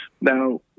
Now